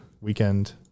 weekend